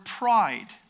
pride